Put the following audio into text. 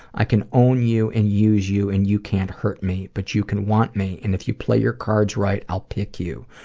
i can own you and use you and you can't hurt me, but you can want me and if you play your cards right, i'll pick you.